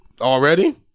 already